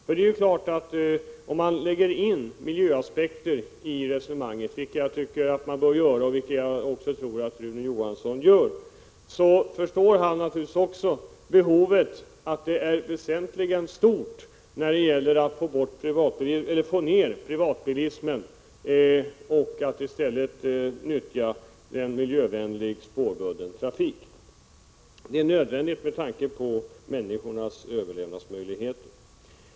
När man resonerar om dessa frågor bör man ta med miljöaspekten. Jag tror att Rune Johansson gör det, och i så fall förstår han naturligtvis att det är synnerligen viktigt att privatbilismen minskas och att människor i stället nyttjar den miljövänliga spårbundna trafiken. Det är nödvändigt med tanke på människornas överlevnadsmöjligheter.